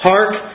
Hark